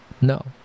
no